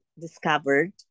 discovered